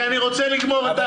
כי אני רוצה לגמור את החוק.